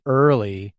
early